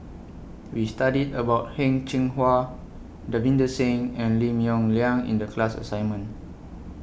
We studied about Heng Cheng Hwa Davinder Singh and Lim Yong Liang in The class assignment